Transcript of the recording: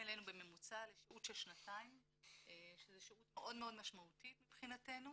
אלינו בממוצע לשהות של שנתיים שזו שהות מאוד משמעותית מבחינתנו,